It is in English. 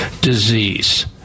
disease